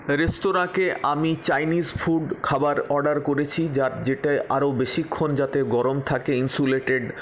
রেস্তোরাঁকে আমি Chinese food খাবার অর্ডার করেছি যা যেটা আরও বেশীক্ষণ যাতে গরম থাকে ইনসুলেটেড